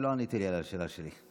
ולא ענית על השאלה שלי.